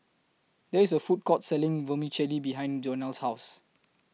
There IS A Food Court Selling Vermicelli behind Jonell's House